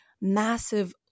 massive